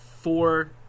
four